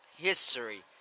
history